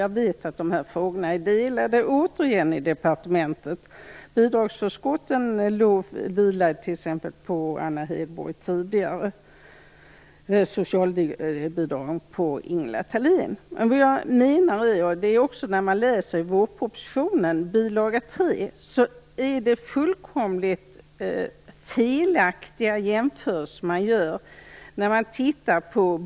Jag vet att dessa frågor återigen är delade i departementet. Bidragsförskotten vilade tidigare på Anna Hedborg, medan socialbidragen vilade på Ingela Thalén. I vårpropositionen, bilaga 3, görs fullkomligt felaktiga jämförelser.